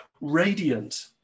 radiant